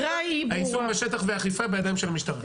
היישום בשטח והאכיפה בידיים של המשטרה.